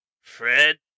Fred